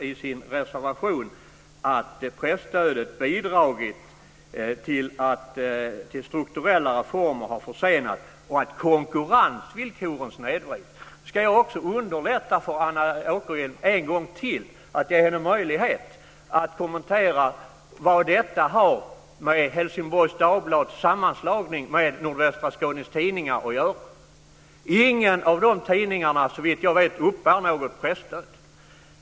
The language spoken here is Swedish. I sin reservation säger man att presstödet bidragit till att strukturella reformer har försenats och att konkurrensvillkoren snedvrids. Ska jag underlätta för Anna Åkerhielm en gång till genom att ge henne möjlighet att kommentera vad detta har med Helsingborgs Dagblads sammanslagning med Nordvästra Skånes Tidningar att göra? Ingen av dessa tidningar uppbär såvitt jag vet något presstöd.